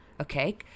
okay